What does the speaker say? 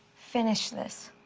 finish this.